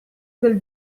del